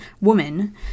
woman